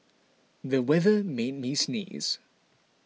the weather made me sneeze